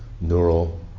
neural